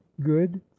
good